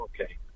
okay